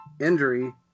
injury